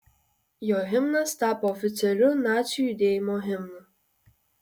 jo himnas tapo oficialiu nacių judėjimo himnu